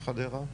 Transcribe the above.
וחדרה?